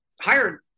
hired